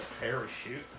parachute